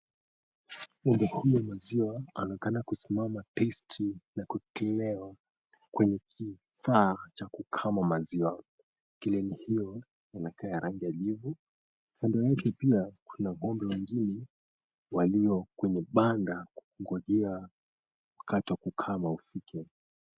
Ng'ombe huyu wa maziwa anaonekana kusimama tisti na kuekelewa kwenye kifaa cha kukama maziwa ,geleni hiyo inakaa ya rangi ya jivu ,upande mwingine kuna ng'ombe walio kwenye banda kungonjea wakati wakukama ufike .